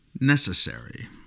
necessary